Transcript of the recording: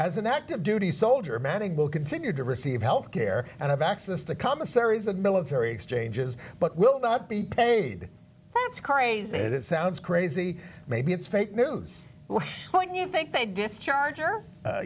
as an active duty soldier manning will continue to receive health care and have access to commissaries of military exchanges but will not be paid but it's crazy that it sounds crazy maybe it's great news when you think they discharge or